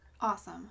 Awesome